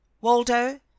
waldo